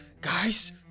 Guys